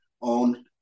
on